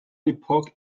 epoch